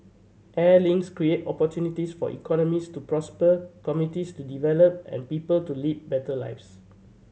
air links create opportunities for economies to prosper communities to develop and people to lead better lives